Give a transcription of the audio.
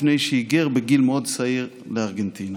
לפני שהיגר בגיל מאוד צעיר לארגנטינה.